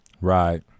Right